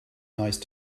nice